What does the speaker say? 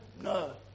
No